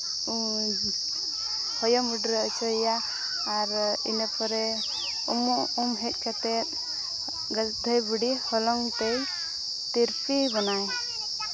ᱦᱚᱭᱚ ᱢᱩᱰᱨᱟᱹ ᱦᱚᱪᱚᱭᱮᱭᱟ ᱟᱨ ᱤᱟᱱᱟᱹ ᱯᱚᱨᱮ ᱩᱢᱩᱜ ᱩᱢ ᱦᱮᱡ ᱠᱟᱛᱮᱫ ᱫᱷᱟᱹᱭ ᱵᱩᱰᱷᱤ ᱦᱚᱞᱚᱝ ᱛᱮᱭ ᱛᱤᱨᱯᱤ ᱟᱵᱚᱱᱟᱭ